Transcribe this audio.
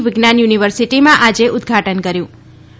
વિજ્ઞાન યુનિવર્સિટીમાં આજે ઉદઘાટન કર્યું છે